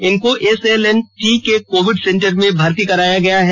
इनको एसएसएलएनटी के COVID centre में भर्ती कराया गया है